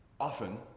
Often